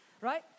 right